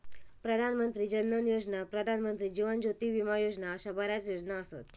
प्रधान मंत्री जन धन योजना, प्रधानमंत्री जीवन ज्योती विमा योजना अशा बऱ्याच योजना असत